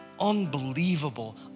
unbelievable